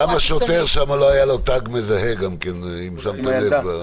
גם לשוטר שם לא היה תג מזהה באירוע, אם שמתם לב.